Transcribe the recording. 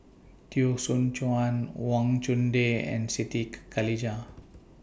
Teo Soon Chuan Wang Chunde and Siti Khalijah